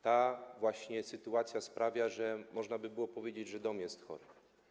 Ta właśnie sytuacja sprawia, że można by było powiedzieć, że dom jest chory.